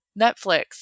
Netflix